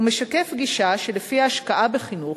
ומשקף גישה שלפיה השקעה בחינוך,